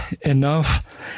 enough